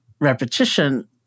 repetition